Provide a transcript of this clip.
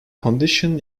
condition